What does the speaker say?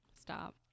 stop